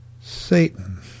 Satan